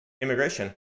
immigration